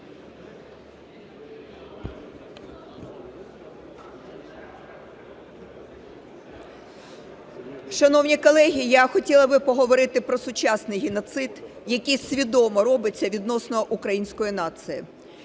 Шановні колеги, я хотіла б поговорити про сучасний геноцид, який свідомо робиться відносно української нації.